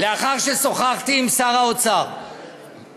לאחר ששוחתי עם שר האוצר על